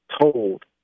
told